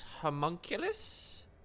homunculus